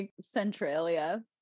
Centralia